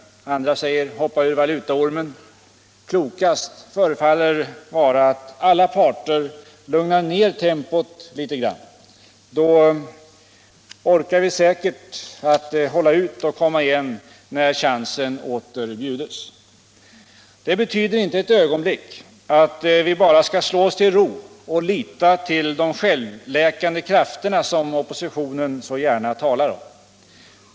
Andra säger: Hoppa ur valutaormen! Klokast förefaller vara att alla parter lugnar ner tempot litet grand, så orkar vi säkert hålla ut och komma igen när chansen åter bjuds. Det betyder inte ett ögonblick att vi bara skall slå oss till ro och lita till de självläkande krafterna, som oppositionen så gärna talar om.